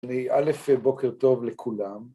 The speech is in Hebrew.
אני א', בוקר טוב לכולם.